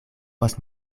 post